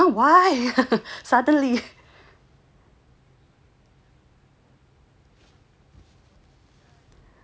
!huh! why suddenly